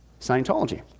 Scientology